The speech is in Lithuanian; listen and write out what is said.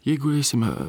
jeigu eisime